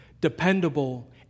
dependable